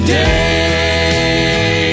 day